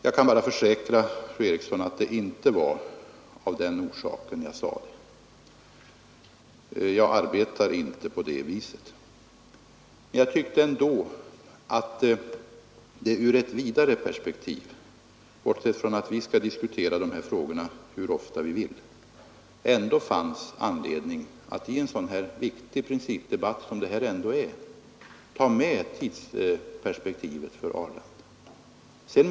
Jag kan bara försäkra fru Eriksson att det inte var av den orsaken jag sade detta. Jag arbetar inte på det viset. Men jag tyckte ändå att det ur ett vidare perspektiv — bortsett från att vi skall diskutera de här frågorna hur ofta vi vill — ändå fanns anledning att i en så här viktig principdebatt ta med tidsperspektivet för Arlanda.